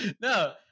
No